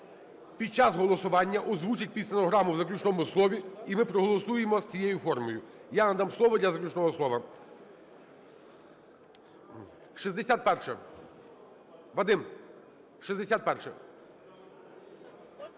Під час голосування озвучить під стенограму в заключному слові і ми проголосуємо з цією формою. Я надам слово для заключного слова. 61-а. Вадим, 61-а.